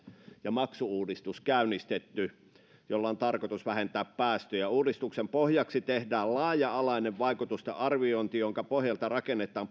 ja maksu uudistus jolla on tarkoitus vähentää päästöjä uudistuksen pohjaksi tehdään laaja alainen vaikutusten arviointi jonka pohjalta rakennetaan